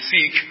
seek